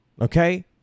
okay